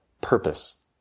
purpose